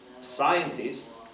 scientists